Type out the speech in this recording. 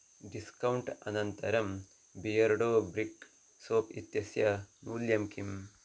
discount अनन्तरं Beardo brick soap इत्यस्य मूल्यं किम्